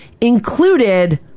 Included